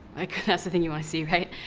that's the thing you wanna see, right?